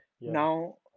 now